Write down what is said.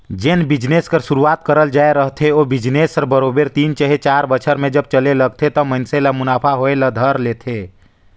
जेन बिजनेस कर सुरूवात करल जाए रहथे ओ बिजनेस हर बरोबेर तीन चहे चाएर बछर में जब चले लगथे त मइनसे ल मुनाफा होए ल धर लेथे